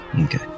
Okay